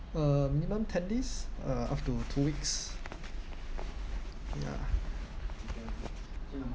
uh minimum ten days uh up to two weeks ya